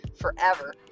forever